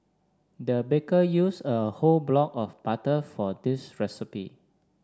the baker used a whole block of butter for this recipe